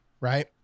right